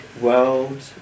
world